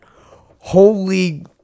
holy